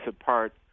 apart